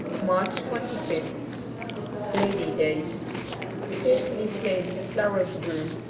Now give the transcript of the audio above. march twenty fifth lady day fearfully plain the flowers grew,